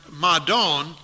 madon